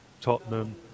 Tottenham